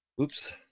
Oops